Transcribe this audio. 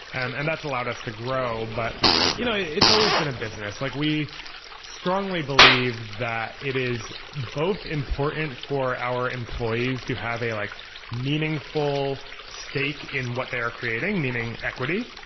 and and that's allowed us to grow. but you know it's always been a business like we strongly believe that it is both important for our employees to have a like meaningful stake in what they are creating, meaning equity.